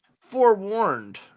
Forewarned